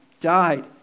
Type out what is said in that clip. died